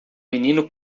menino